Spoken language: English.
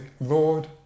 Lord